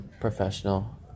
professional